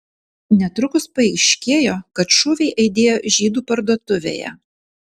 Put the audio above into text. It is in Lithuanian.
netrukus paaiškėjo kad šūviai aidėjo žydų parduotuvėje